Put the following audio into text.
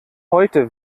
heute